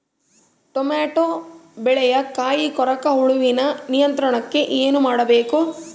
Tomato ಬೆಳೆಯ ಕಾಯಿ ಕೊರಕ ಹುಳುವಿನ ನಿಯಂತ್ರಣಕ್ಕೆ ಏನು ಮಾಡಬೇಕು?